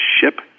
ship